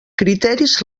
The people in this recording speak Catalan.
criteris